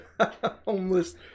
Homeless